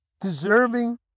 Deserving